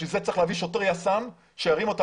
לשם כך צריך להביא שוטר יס"מ שירים אותה